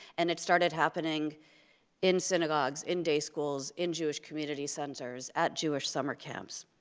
and it started happening in synagogues, in day schools, in jewish community centers, at jewish summer camps.